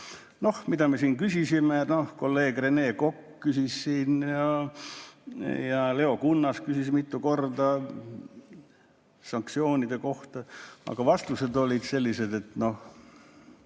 Mida me küsisime? Kolleeg Rene Kokk küsis ja Leo Kunnas küsis mitu korda sanktsioonide kohta, aga vastused olid sellised, et ei